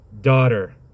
Daughter